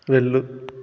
వెళ్ళు